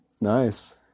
Nice